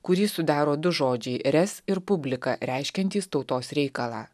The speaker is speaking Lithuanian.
kurį sudaro du žodžiai res ir publika reiškiantys tautos reikalą